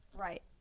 right